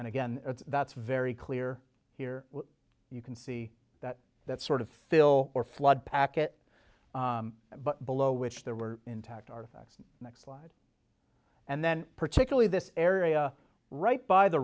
and again that's very clear here you can see that that sort of fill or flood packet below which there were intact artifacts next slide and then particularly this area right by the